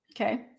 okay